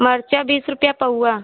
मरचा बीस रुपया पउआ